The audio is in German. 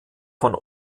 von